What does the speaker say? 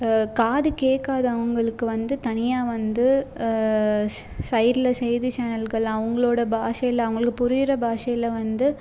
காது கேட்காதவங்களுக்கு வந்து தனியாக வந்து சைட்ல செய்தி சேனல்கள் அவங்களோட பாஷைல அவங்களுக்கு புரிகிற பாஷைல வந்து